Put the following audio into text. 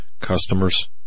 customers